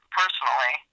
personally